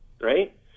right